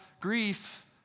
grief